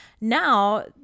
Now